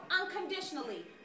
unconditionally